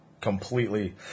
completely